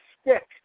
stick